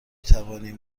توانیم